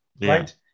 right